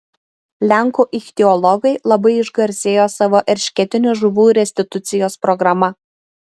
lenkų ichtiologai labai išgarsėjo savo eršketinių žuvų restitucijos programa